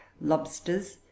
lobsters